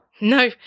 No